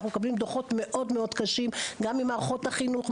אנחנו מקבלים דו"חות מאוד-מאוד קשים גם ממערכות החינוך,